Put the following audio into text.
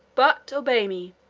but obey me.